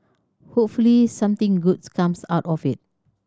hopefully something good comes out of it